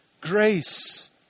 grace